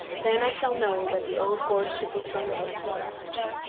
then i shall know that the old horse should be turned out to grass.